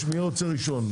מי רוצה ראשון?